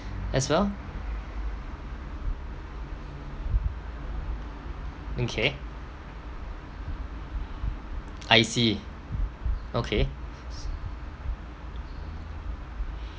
as well okay I see okay